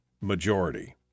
majority